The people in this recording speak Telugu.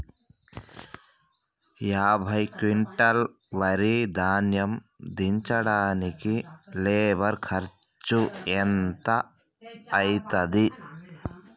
యాభై క్వింటాల్ వరి ధాన్యము దించడానికి లేబర్ ఖర్చు ఎంత అయితది?